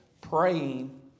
praying